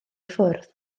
ffwrdd